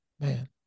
man